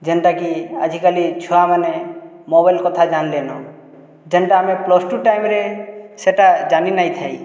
ଯେନ୍ଟା କି ଆଜିକାଲି ଛୁଆମାନେ ମୋବାଇଲ୍ କଥା ଜାନ୍ଲେନ ଯେନ୍ଟା ଆମେ ପ୍ଲସ୍ ଟୁ ଟାଇମ୍ରେ ସେଟା ଜାଣିନାଇଁଥାଇ